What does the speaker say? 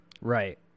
Right